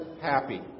happy